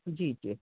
जी जी